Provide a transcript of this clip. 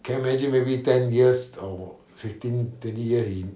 can you imagine maybe ten years or fifteen twenty years he